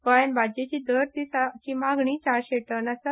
गोयांत भाज्ज्येची दर दिसाची मागणी चारशे टन आसा